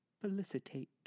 Felicitate